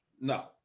No